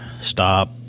stop